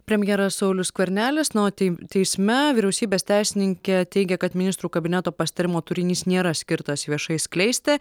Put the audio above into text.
premjeras saulius skvernelis na o tei teisme vyriausybės teisininkė teigia kad ministrų kabineto pasitarimo turinys nėra skirtas viešai skleisti